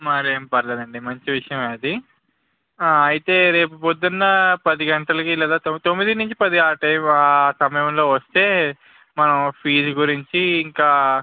మరేం పర్లేదు అండి మంచి విషయమే అది అయితే రేపు ప్రొద్దున పది గంటలకి లేదా తొ తొమ్మిది నుంచి పది ఆ టైమ్ ఆ సమయంలో వస్తే మనం ఫీజ్ గురించి ఇంకా